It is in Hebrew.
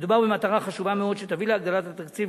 מדובר במטרה חשובה מאוד שתביא להגדלת התקציב